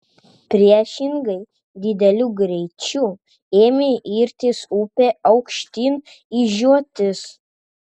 priešingai dideliu greičiu ėmė irtis upe aukštyn į žiotis